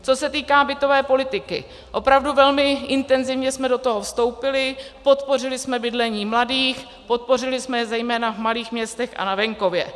Co se týká bytové politiky, opravdu velmi intenzivně jsme do toho vstoupili, podpořili jsme bydlení mladých, podpořili jsme je zejména v malých městech a na venkově.